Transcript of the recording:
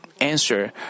answer